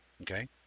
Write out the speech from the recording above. Okay